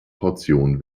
portion